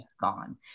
gone